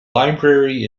library